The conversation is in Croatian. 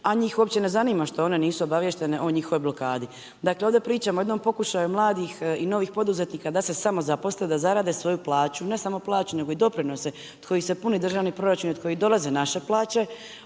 a njih uopće ne zanima što one nisu obaviještene o njihovoj blokadi. Dakle, ovdje pričamo o jednom pokušaju mladih i novih poduzetnika da se samozaposle, da zarade svoju plaću. Ne samo plaću, nego i doprinose od kojih se puni državni proračun i od kojeg dolaze naše plaće,